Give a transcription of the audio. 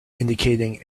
indicating